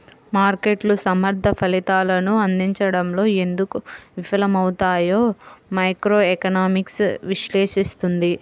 మార్కెట్లు సమర్థ ఫలితాలను అందించడంలో ఎందుకు విఫలమవుతాయో మైక్రోఎకనామిక్స్ విశ్లేషిస్తుంది